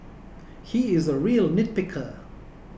he is a real nitpicker